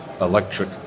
electric